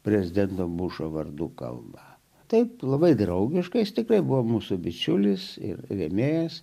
prezidento bušo vardu kalba taip labai draugiškais tikrai buvo mūsų bičiulis ir rėmėjas